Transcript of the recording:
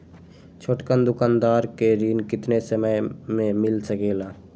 छोटकन दुकानदार के ऋण कितने समय मे मिल सकेला?